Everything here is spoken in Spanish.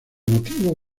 motivo